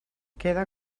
queda